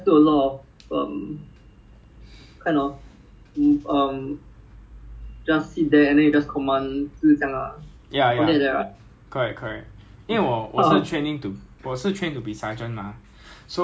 so err err 有两种 armour 有两种一个叫 vehicle commander 我们叫 V_C lah 一个叫 section commander which 我们叫 S_C so like V_C is a a newer thing